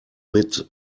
mit